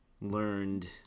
Learned